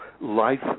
life